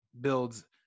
builds